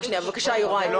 זה לא